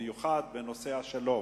בעיקר בנושא השלום,